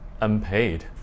unpaid